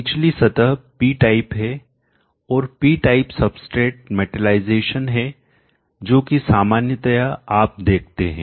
निचली सतह P type है और पी टाइप सबस्ट्रेट मेटलाइजेशन हे जो कि सामान्यतया आप देखते हैं